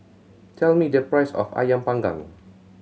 tell me the price of Ayam Panggang